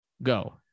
go